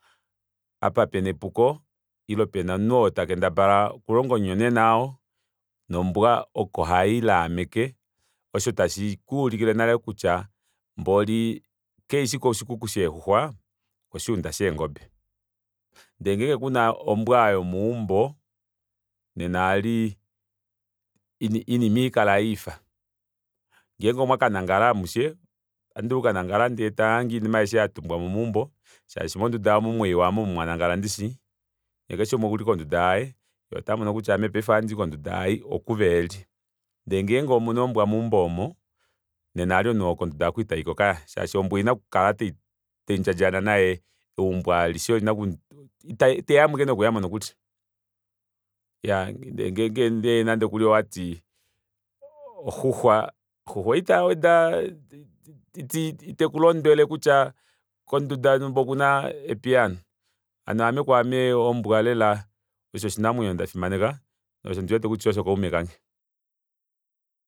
Apa pena epuko ile pena omunhu oo takendabala okulonga omunyonena oo nombwa oko hailaameka osho tashi kuulikile nale kutya mboli kashishi koshikuku sheexuxwa oko shuunda sheengobe ndee ngenge kuna ombwa oyo meumbo nena eli oinima ihaikala yelifa ngenge omwakanangala amushe ohamudulu okukanangala ndee tamuhange oinima aishe yatumbwamo meumbo shaashi monduda omu mwaiwa hamoomu mwanangala ndishi yee keshe umwe okuli konduda yaye yee otamumono kutya ame paife ohandi konduda ei oku veheli ndee ngenge omuna ombwa meumbo omo nena eli omunhu oo konduda oko itayiko kaya shaashi ombwa oina okukala taindjadjana naye eumbo alishe olina oku iteyamo ashike nokuuyamo nokuli iyaa ndeengenge nande owati oxuxwa xuxwa ita weda itekulondwele kutya konduda yonumba okuna epiyaano hano kwaame ombwa osho oshinamwenyo ndafimaneka shaashi ondi wete kutya osho kaume kange